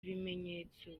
ibimenyetso